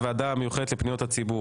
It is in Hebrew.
הוועדה המיוחדת לפניות הציבור: